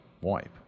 wipe